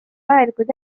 vajalikud